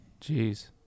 Jeez